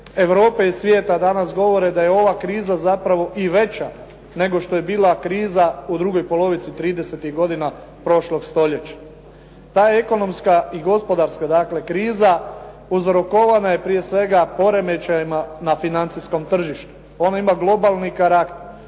Europe i svijeta danas govore da je ova kriza zapravo i veća nego što je bila kriza u drugoj polovici 30-tih godina prošlog stoljeća. Ta ekonomska i gospodarska dakle, kriza uzrokovana je prije svega poremećajima na financijskom tržištu, ona ima globalni karakter